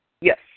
Yes